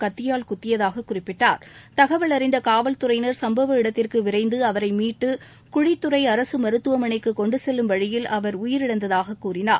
கத்தியால் குத்தியதாககுறிப்பிட்டார் தகவல் அறிந்த காவல்துறையினர் சும்பவ இடத்திற்கு விரைந்து அவரை மீட்டு குழித்துறை அரசு மருத்துவமனைக்கு கொண்டு செல்லும் வழியில் அவர் உயிரிழந்ததாக கூறினார்